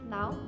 Now